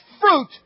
fruit